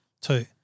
Two